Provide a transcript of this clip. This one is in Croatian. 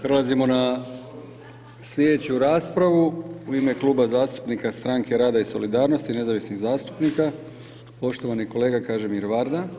Prelazimo na sljedeću raspravu u ime Kluba zastupnika Stranke rada i solidarnosti i nezavisnih zastupnika, poštovani kolega Kažimir Varda.